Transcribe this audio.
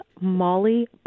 Molly